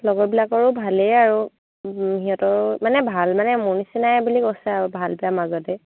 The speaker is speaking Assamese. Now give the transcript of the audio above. লগৰবিলাকৰো ভালেই আৰু সিহঁতৰো মানে ভাল মানে মোৰ নিচিনাই বুলি কৈছে আৰু ভাল বেয়া মাজতে